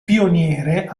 pioniere